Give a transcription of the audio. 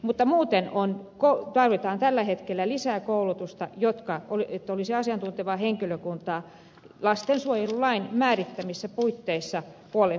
mutta muuten tarvitaan tällä hetkellä lisää koulutusta että olisi asiantuntevaa henkilökuntaa lastensuojelulain määrittämissä puitteissa puolin